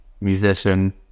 musician